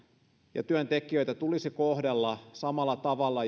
ja työntekijöitä tulisi kohdella samalla tavalla